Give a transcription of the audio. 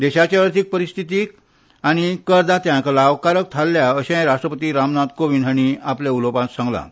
देशाचे अर्थीक परिस्थिीक आनी करदात्यांक लावकारक थारल्या अशेंय राष्ट्रपती रामनाथ कोविंद हांणी आपल्या उलोवपांत सांगलां